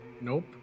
Nope